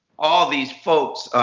all these folks.